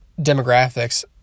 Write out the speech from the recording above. demographics